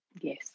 Yes